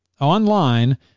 online